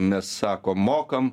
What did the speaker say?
mes sakom mokam